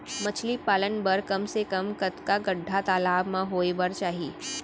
मछली पालन बर कम से कम कतका गड्डा तालाब म होये बर चाही?